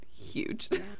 huge